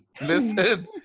Listen